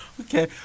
Okay